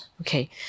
Okay